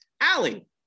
Allie